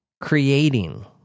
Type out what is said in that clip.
creating